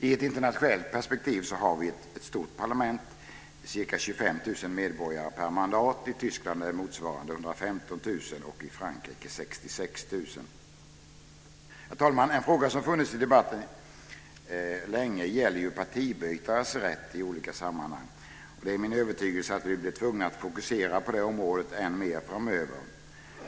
I ett internationellt perspektiv har vi en stort parlament, ca 25 000 medborgare per mandat. I Tyskland är det Herr talman! En fråga som har funnits i debatten länge gäller partibytares rätt. Det är min övertygelse att vi blir tvungna att fokusera det området än mer framöver.